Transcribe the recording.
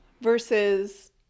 Versus